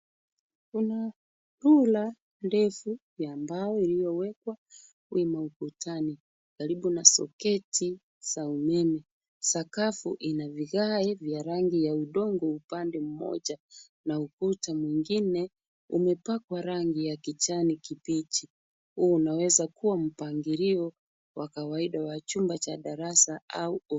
Kuna rula ndefu ya mbao iliyowekwa wima ukutani, karibu na soketi za umeme. Sakafu ina vigae vya rangi ya udongo upande mmoja na ukuta mwingine, umepakwa rangi ya kijani kibichi. Huu unaweza kuwa mpangilio wa kawaida wa chumba cha darasa au ofisi.